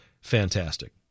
Fantastic